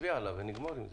נצביע עליו ונגמור עם זה.